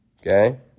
Okay